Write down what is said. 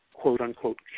quote-unquote